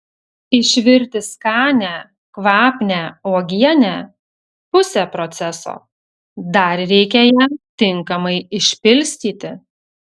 išvirti skanią kvapnią uogienę pusė proceso dar reikia ją tinkamai išpilstyti